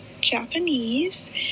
japanese